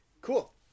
Cool